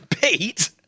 Pete